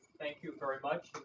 thank you very much.